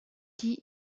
qui